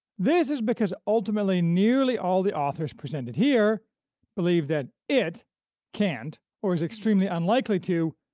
this is because ultimately nearly all the authors presented here believe that it can't, or is extremely unlikely to,